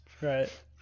Right